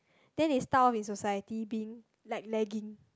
then they start off in society being like lagging